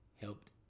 helped